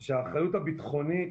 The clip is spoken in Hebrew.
היא שהאחריות הביטחונית